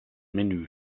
menü